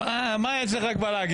מה יש לך כבר להגיד?